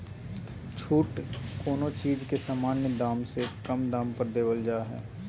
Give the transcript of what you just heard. छूट कोनो चीज के सामान्य दाम से कम दाम पर देवल जा हइ